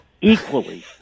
equally